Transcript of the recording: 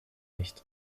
nicht